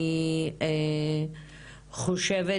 אני חושבת